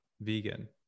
vegan